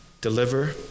deliver